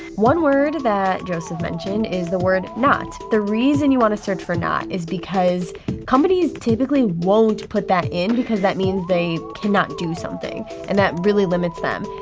one word that joseph mentioned is the word not. the reason you wanna search for not is because companies typically won't put that in, because that means they cannot do something and that really limits them.